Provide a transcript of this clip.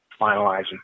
finalizing